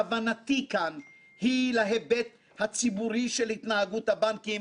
כוונתי כאן להיבט הציבורי של התנהגות הבנקים